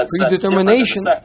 predetermination